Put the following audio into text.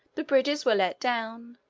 the bridges were let down.